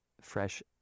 fresh